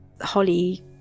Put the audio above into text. Holly